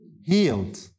healed